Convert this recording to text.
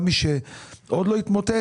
גם מי שעוד לא התמוטט,